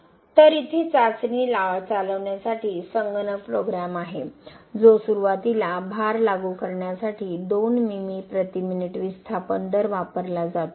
तर इथे चाचणी चालवण्यासाठी संगणक प्रोग्रॅम आहे जो सुरुवातीला भार लागू करण्यासाठी 2 मिमी प्रति मिनिट विस्थापन दर वापरला जातो